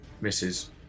Misses